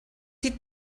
sieht